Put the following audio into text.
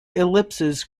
ellipses